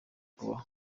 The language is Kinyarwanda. kubaho